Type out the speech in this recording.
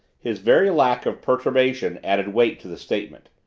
his very lack of perturbation added weight to the statement.